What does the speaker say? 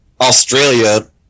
Australia